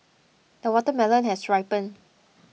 the watermelon has ripened